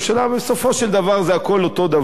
בסופו של דבר הכול אותו דבר.